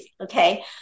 okay